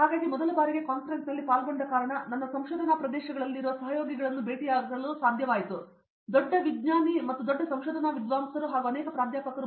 ಹಾಗಾಗಿ ನನಗೆ ಮೊದಲ ಬಾರಿ ಕಾನ್ಫರೆನ್ಸ್ನಲ್ಲಿ ಪಾಲ್ಗೊಂಡ ಕಾರಣ ನನ್ನ ಸಂಶೋಧನಾ ಪ್ರದೇಶಗಳಲ್ಲಿ ಸಹಯೋಗಿಗಳನ್ನು ಭೇಟಿಯಾಗಲು ಸಾಧ್ಯವಿದೆ ಮತ್ತು ದೊಡ್ಡ ದೊಡ್ಡ ವಿಜ್ಞಾನಿ ಮತ್ತು ದೊಡ್ಡ ದೊಡ್ಡ ಸಂಶೋಧನಾ ವಿದ್ವಾಂಸರು ಅನೇಕ ಪ್ರಾಧ್ಯಾಪಕರಿದ್ದಾರೆ